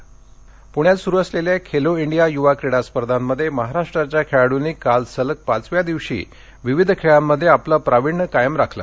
Khelo India प्ण्यात सुरु असलेल्या खेलो इंडीया युवा क्रीडा स्पर्धामध्ये महाराष्ट्राच्या खेळाडूंनी काल सलग पाचव्या दिवशी विविध खेळांमध्ये आपलं प्राविण्य कायम राखलं